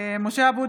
(קוראת בשמות חברי הכנסת) משה אבוטבול,